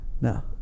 No